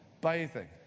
bathing